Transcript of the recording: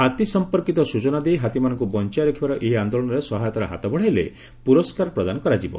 ହାତୀ ସଂପର୍କିତ ସ୍ ଚନା ଦେଇ ହାତୀମାନଙ୍କୁ ବଞାଇ ରଖିବାର ଏହି ଆନ୍ଦୋଳନରେ ସହାୟତାର ହାତ ବଢ଼ାଇଲେ ପୁରସ୍କାର ପ୍ରଦାନ କରାଯିବ